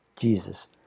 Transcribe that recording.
Jesus